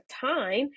time